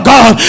God